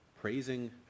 praising